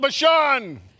Bashan